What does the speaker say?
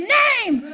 name